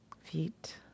feet